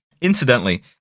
Incidentally